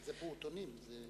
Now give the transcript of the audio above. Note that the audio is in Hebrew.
זה פעוטונים.